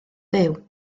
fyw